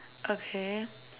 okay